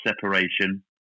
separation